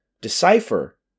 decipher